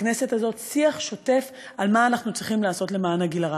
בכנסת הזאת שיח שוטף על מה אנחנו צריכים לעשות למען הגיל הרך.